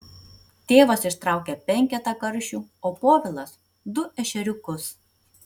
tėvas ištraukia penketą karšių o povilas du ešeriukus